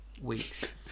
weeks